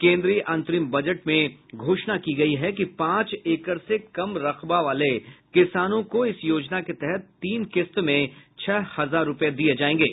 केन्द्रीय अंतरिम बजट में घोषणा की गयी है कि पांच एकड़ से कम रकवा वाले किसानों को इस योजना के तहत तीन किस्त में छह हजार रूपये दिये जायेंगे